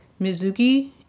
Mizuki